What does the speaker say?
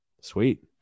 Sweet